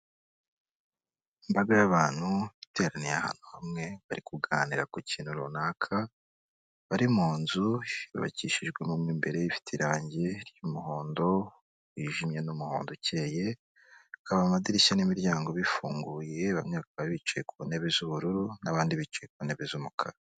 Imbaga y'abantu iteraniye ahantu hamwe, bari kuganira ku kintu runaka, bari mu nzu yubakishijwe mo imbere ifite irangii ry'umuhondo wijimye n'umuhondo ukeye, bikaba amadirishya n'imiryango bifunguye bamwe bakaba bicaye ku ntebe z'ubururu n'abandi bicaye ku ntebe z'umukara,